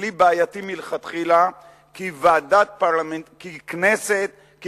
מחרתיים יהיה עוד פעם רוב של הימין, הוא